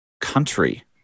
country